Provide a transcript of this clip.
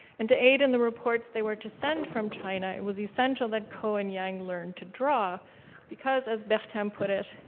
and to aid in the reports they were to send from china, it was essential that ko and yang learn to draw because as bertin um put it,